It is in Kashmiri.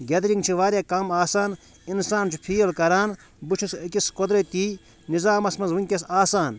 گیدرِنٛگ چھِ واریاہ کَم آسان اِنسان چھُ فیٖل کَران بہٕ چھُس أکِس قۄدرٔتی نِظامَس منٛز وُنکٮ۪س آسان